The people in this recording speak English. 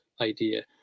idea